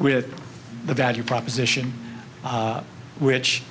with the value proposition which